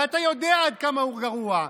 ואתה יודע עד כמה הוא גרוע,